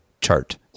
chart